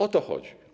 O to chodzi.